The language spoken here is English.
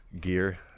gear